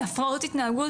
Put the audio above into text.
להפרעות התנהגות?